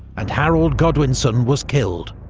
and harold godwinson was killed.